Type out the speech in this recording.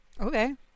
Okay